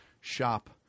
shop